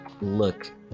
look